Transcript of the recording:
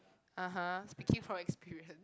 (uh huh) speaking from experience